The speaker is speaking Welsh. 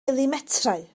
milimetrau